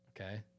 okay